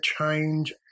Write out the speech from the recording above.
change